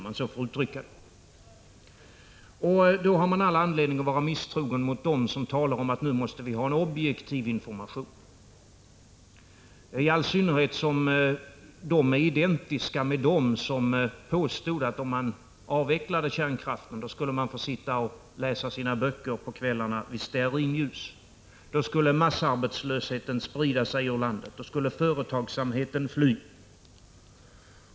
Man har därför all anledning att vara misstrogen mot dem som talar om att vi nu måste ha en objektiv information, i all synnerhet som dessa är identiska med dem som påstod att en avveckling av kärnkraften skulle medföra att folk 93 sprida sig över landet och företagsamheten fly.